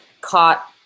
caught